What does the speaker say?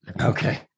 Okay